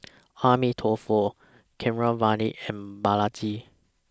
Amitabh Keeravani and Balaji